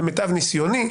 למיטב ניסיוני,